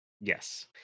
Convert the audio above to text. Yes